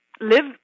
live